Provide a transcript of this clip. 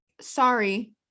sorry